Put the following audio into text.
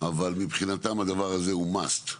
אבל מבחינתם הדבר הזה הוא must.